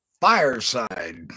Fireside